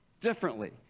differently